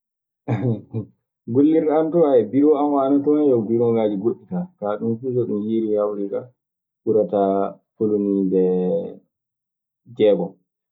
Gollirde an duu, biroo an ana ton yo e biirooŋaaji goɗɗi kaa. Kaa ɗun fuu so ɗun hiirii hawri kaa ɓurataa poloniiɗe jeegon.